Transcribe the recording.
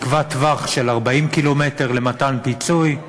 נקבע טווח של 40 קילומטר למתן פיצוי.